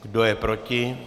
Kdo je proti?